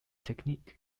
technique